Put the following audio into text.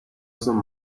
some